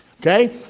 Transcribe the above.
Okay